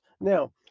Now